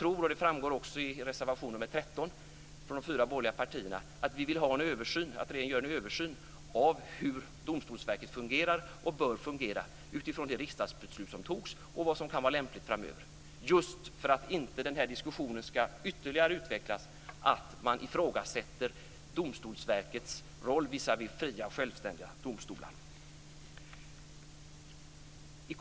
Som framgår av reservation nr 13 från de fyra borgerliga partierna vill vi att regeringen gör en översyn av hur Domstolsverket fungerar och bör fungera utifrån det riksdagsbeslut som togs och vad som kan vara lämpligt framöver, just för att den här diskussionen inte ska ytterligare utvecklas till att man ifrågasätter Domstolsverkets roll visavi fria, självständiga domstolar.